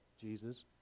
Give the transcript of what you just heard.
Jesus